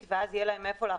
מאי,